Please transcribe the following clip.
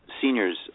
seniors